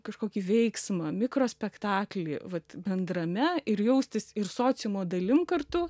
kažkokį veiksmą mikrospektaklį vat bendrame ir jaustis ir sociumo dalim kartu